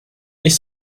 nicht